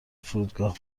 فرودگاه